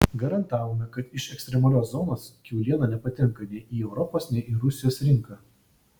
garantavome kad iš ekstremalios zonos kiauliena nepatenka nei į europos nei į rusijos rinką